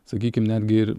sakykim netgi ir